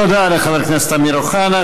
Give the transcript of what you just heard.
תודה לחבר הכנסת אמיר אוחנה.